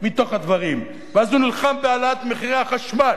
מתוך הדברים ואז הוא נלחם בהעלאת מחירי החשמל,